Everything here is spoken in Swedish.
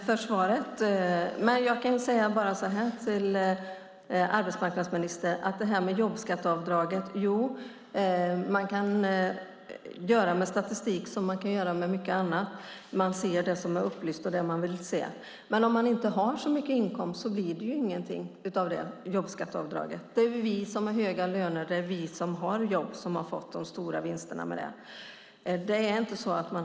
Fru talman! Jag tackar arbetsmarknadsministern för svaret. När det gäller jobbskatteavdraget vill jag bara säga att man kan göra med statistik som med mycket annat: Man ser det som är upplyst och det man vill se. Men för den som inte har så mycket inkomst blir det ju ingenting av jobbskatteavdraget. Det är vi som har jobb och höga löner som har fått de stora vinsterna med det.